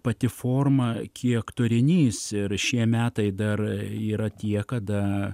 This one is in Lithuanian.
pati forma kiek turinys ir šie metai dar yra tie kada